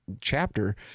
chapter